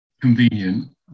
convenient